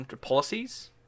policies